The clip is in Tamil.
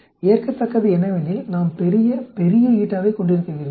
ஏற்கத்தக்கது என்னவெனில் நாம் பெரிய பெரிய ஐக் கொண்டிருக்க விரும்புகிறோம்